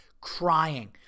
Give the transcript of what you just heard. crying